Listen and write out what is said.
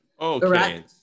Okay